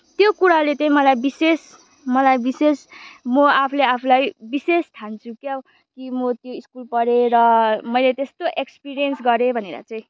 त्यो कुराले चाहिँ मलाई विशेष मलाई विशेष म आफूले आफूलाई विशेष ठान्छु क्याउ कि म त्यो स्कुल पढेर मैले त्यस्तो एक्सपिरियन्स गरेँ भनेर चाहिँ